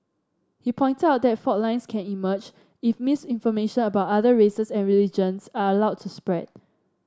he pointed out that fault lines can emerge if misinformation about other races and religions are allowed to spread